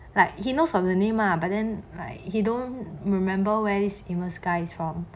like he knows of the name lah but then like he don't remember where this amos guy is from